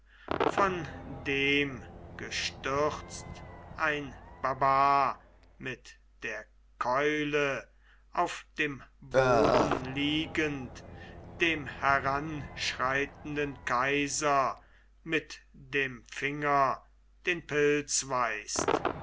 von dem gestürzt ein barbar mit der keule auf dem boden liegend dem heranschreitenden kaiser mit dem finger den pilz weist